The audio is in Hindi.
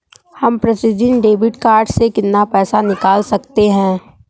हम प्रतिदिन डेबिट कार्ड से कितना पैसा निकाल सकते हैं?